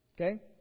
Okay